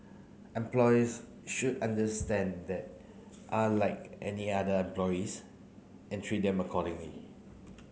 employers should understand that are like any other employees and treat them accordingly